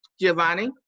Giovanni